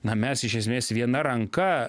na mes iš esmės viena ranka